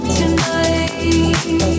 tonight